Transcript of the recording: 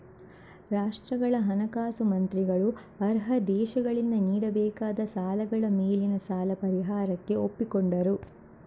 ರಾಷ್ಟ್ರಗಳ ಹಣಕಾಸು ಮಂತ್ರಿಗಳು ಅರ್ಹ ದೇಶಗಳಿಂದ ನೀಡಬೇಕಾದ ಸಾಲಗಳ ಮೇಲಿನ ಸಾಲ ಪರಿಹಾರಕ್ಕೆ ಒಪ್ಪಿಕೊಂಡರು